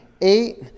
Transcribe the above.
eight